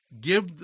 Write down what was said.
give